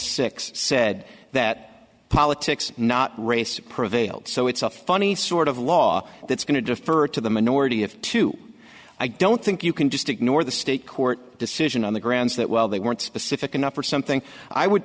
six said that politics not race prevailed so it's a funny sort of law that's going to defer to the minority if two i don't think you can just ignore the state court decision on the grounds that well they weren't specific enough or something i would